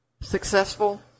successful –